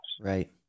Right